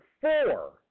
four